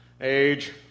Age